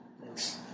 Thanks